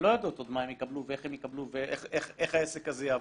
עוד לא יודעות מה הן יקבלו ואיך יקבלו ואיך העסק הזה יעבוד.